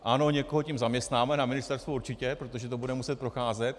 Ano, někoho tím zaměstnáme, na ministerstvu určitě, protože to bude muset procházet.